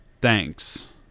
thanks